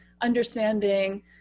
understanding